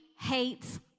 hates